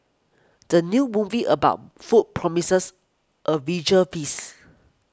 the new movie about food promises a visual feast